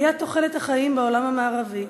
עליית תוחלת החיים בעולם המערבי